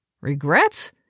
Regrets